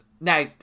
Now